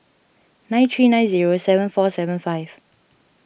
nine three nine zero seven four seven five